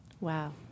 Wow